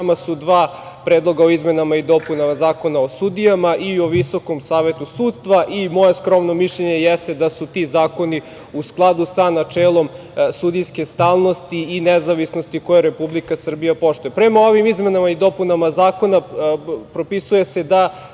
nama su dva predloga o izmenama i dopunama Zakona o sudijama i o Visokom savetu sudstva i moje skromno mišljenje jeste da su ti zakoni u skladu sa načelom sudijske stalnosti i nezavisnosti koje Republika Srbija poštuje. Prema ovim izmenama i dopunama zakona, propisuje se da